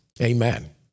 Amen